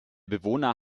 bewohner